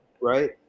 right